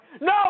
no